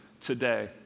today